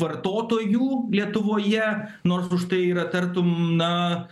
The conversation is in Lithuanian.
vartotojų lietuvoje nors už tai yra tartum na